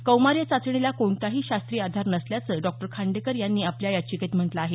कौमार्य चाचणीला कोणताही शास्त्रीय आधार नसल्याचं डॉ खांडेकर यांनी आपल्या याचिकेत म्हटलं आहे